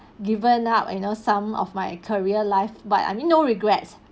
given up you know some of my career life but I mean no regrets